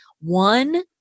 one